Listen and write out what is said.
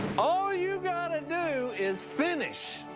all you gotta do is finish.